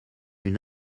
une